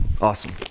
Awesome